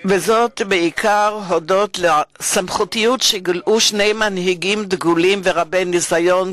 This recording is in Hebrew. בעיקר הודות לסמכותיות שגילו שני מנהיגים דגולים ורבי-ניסיון,